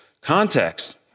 context